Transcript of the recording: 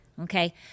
okay